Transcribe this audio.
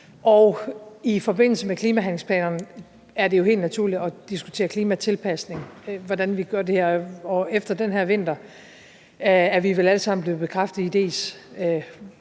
I forbindelse med klimahandlingsplanerne er det jo helt naturligt at diskutere klimatilpasning – hvordan vi gør det – og efter den her vinter er vi vel alle sammen blevet bekræftet i,